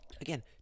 Again